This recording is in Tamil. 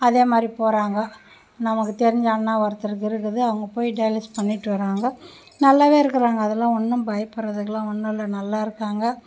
அதே மாதிரி போறாங்க நமக்கு தெரிஞ்ச அண்ணா ஒருத்தருக்கு இருக்குது அவங்க போய் டைலஸ் பண்ணிவிட்டு வராங்க நல்லாவே இருக்கறாங்க அதெலாம் ஒன்றும் பயப்பிடுறதுக்குலாம் ஒன்றும் இல்லை நல்லாயிருக்காங்க